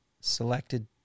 selected